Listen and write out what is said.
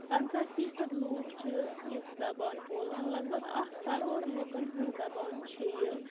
پنٛژاہ فیٖصد لوٗکھ چھِ یہِ زَبان بولان لگ بگ اکھ کَرور لُکَن ہٕنٛز زَبان چھِ یہِ